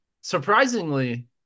Surprisingly